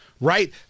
right